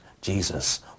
Jesus